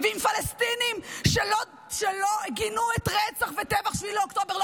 ועם פלסטינים שלא גינו את רצח וטבח 7 באוקטובר,